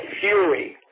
fury